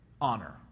honor